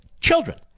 Children